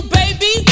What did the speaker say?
baby